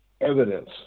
evidence